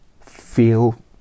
feel